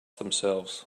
themselves